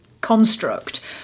construct